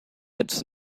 its